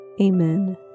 Amen